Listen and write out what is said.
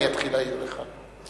אני אתחיל להעיר לך.